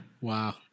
Wow